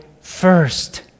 first